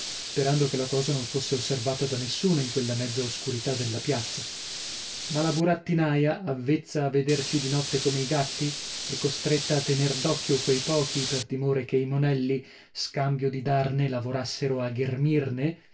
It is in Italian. sperando che la cosa non fosse osservata da nessuno in quella mezza oscurità della piazza ma la burattinaia avvezza a vederci di notte come i gatti e costretta a tener d'occhio quei pochi per timore che i monelli scambio di darne lavorassero a ghermirne